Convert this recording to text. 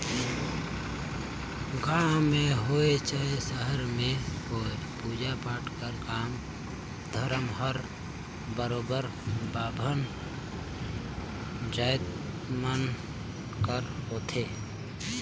गाँव में होए चहे सहर में होए पूजा पाठ कर काम धाम हर बरोबेर बाभन जाएत मन कर होथे